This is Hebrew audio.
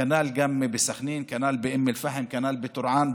כנ"ל גם בסח'נין, כנ"ל באום אל-פחם, כנ"ל בטורעאן.